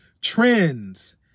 trends